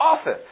office